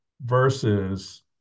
Versus